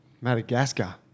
Madagascar